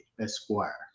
Esquire